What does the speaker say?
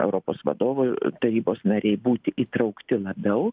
europos vadovų tarybos nariai būti įtraukti labiau